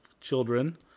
children